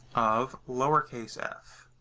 of lowercase f.